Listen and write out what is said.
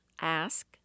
ask